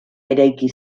eraiki